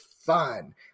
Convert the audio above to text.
fun